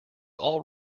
all